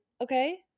okay